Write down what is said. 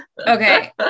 okay